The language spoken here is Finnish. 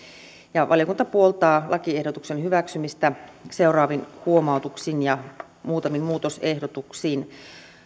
valiokunta puoltaa lakiehdotuksen hyväksymistä seuraavin huomautuksin ja muutamin muutosehdotuksin